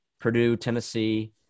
Purdue-Tennessee